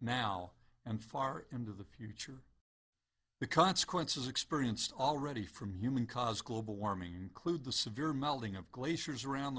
now and far into the future the consequences experienced already from human caused global warming include the severe melting of glaciers around